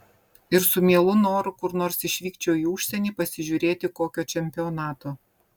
ir su mielu noru kur nors išvykčiau į užsienį pasižiūrėti kokio čempionato